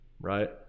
right